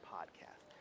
Podcast